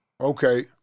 Okay